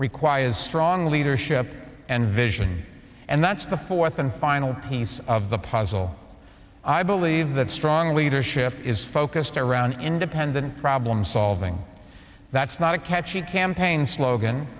requires strong leadership and vision and that's the fourth and final piece of the puzzle i believe that strong leadership is focused around independent problem solving that's not a catchy campaign slogan